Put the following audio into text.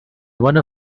one